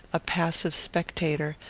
a passive spectator,